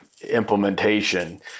implementation